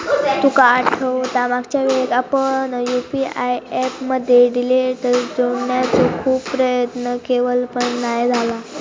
तुका आठवता मागच्यावेळेक आपण यु.पी.आय ऍप मध्ये डिटेल जोडण्याचो खूप प्रयत्न केवल पण नाय झाला